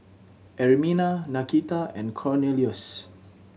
Ermina Nakita and Cornelious